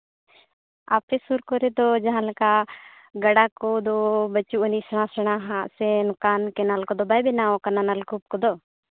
ᱟᱯᱮ ᱥᱩᱨ ᱠᱚᱨᱮᱫᱚ ᱡᱟᱦᱟᱸ ᱞᱮᱠᱟ ᱜᱟᱰᱟ ᱠᱚᱫᱚ ᱵᱟᱹᱪᱩᱜ ᱟᱹᱱᱤᱡ ᱥᱮᱬᱟ ᱥᱮᱬᱟ ᱟᱜ ᱥᱮ ᱱᱚᱝᱠᱟᱱ ᱠᱮᱱᱮᱞ ᱠᱚᱫᱚ ᱵᱟᱭ ᱵᱮᱱᱟᱣ ᱟᱠᱟᱱᱟ ᱱᱚᱞᱠᱩᱯ ᱠᱚᱫᱚ